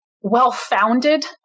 well-founded